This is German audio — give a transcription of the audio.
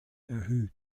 erhöht